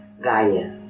Gaia